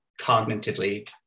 cognitively